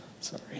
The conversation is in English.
Sorry